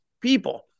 people